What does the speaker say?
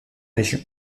région